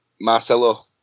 Marcelo